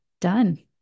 done